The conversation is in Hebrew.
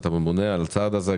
על הצעד הזה,